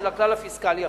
של הכלל הפיסקלי החדש.